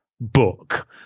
book